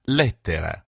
lettera